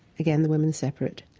again, the women separate,